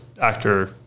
actor